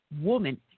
woman